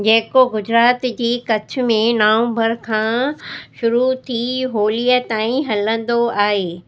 जेको गुजरात जी कच्छ में नवम्बर खां शुरू थी होलीअ ताईं हलंदो आहे